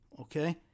okay